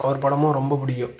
அவர் படமும் ரொம்ப பிடிக்கும்